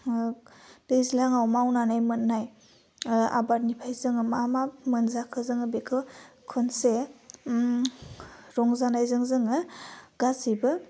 दैज्लाङाव मावनानै मोन्नाय आबादनिफ्राय जोङो मा मा मोनजाखो जोङो बेखौ खनसे उम रंजानायजों जोङो गासैबो